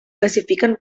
classifiquen